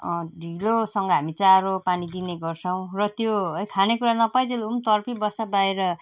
ढिलोसँग हामी चारो पानी दिने गर्छौँ र त्यो है खानेकुरा नपाइन्जेल ऊ पनि तड्पी बस्छ बाहिर